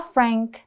Frank